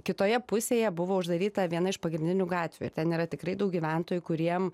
kitoje pusėje buvo uždaryta viena iš pagrindinių gatvių ten yra tikrai daug gyventojų kuriem